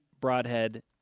Broadhead